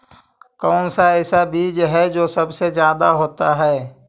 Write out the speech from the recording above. कौन सा ऐसा बीज है जो सबसे ज्यादा होता है?